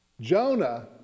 Jonah